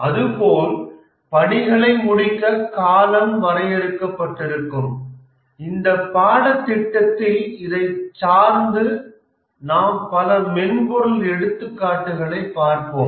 அது போல் பணிகளை முடிக்க காலம் வரையறுக்கபட்டிருக்கும் இந்த பாடத்திட்டத்தில் இதை சார்ந்து நாம் பல மென்பொருள் எடுத்துக்காட்டுகளைப் பார்ப்போம்